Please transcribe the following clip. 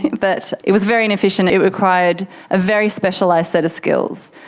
but it was very inefficient. it required a very specialised set of skills,